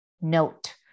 note